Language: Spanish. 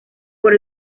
por